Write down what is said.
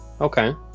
Okay